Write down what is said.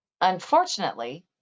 Unfortunately